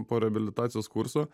po reabilitacijos kurso